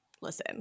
Listen